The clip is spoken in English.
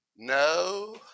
No